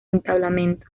entablamento